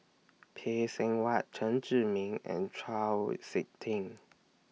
Phay Seng Whatt Chen Zhiming and Chau Sik Ting